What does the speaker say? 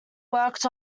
worked